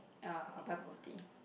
ya I'll buy property